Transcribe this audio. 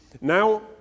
Now